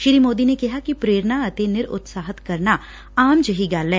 ਸ੍ਰੀ ਮੌਦੀ ਨੇ ਕਿਹਾ ਕਿ ਪ੍ਰੇਰਣਾ ਅਤੇ ਨਿਰਉਤਸਾਹਿਤ ਕਰਨਾ ਆਮ ਜਿਹੀ ਗੱਲ ਐ